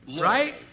right